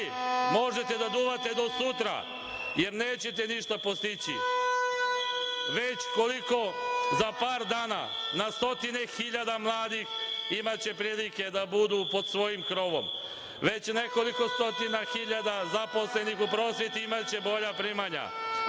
možete da duvate do sutra, jer nećete ništa postići. Već koliko za par dana na stotine hiljada mladih imaće prilike da bude pod svojim krovom. Već nekoliko stotina hiljada zaposlenih u prosveti imaće bolja primanja,